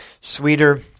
Sweeter